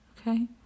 Okay